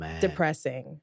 depressing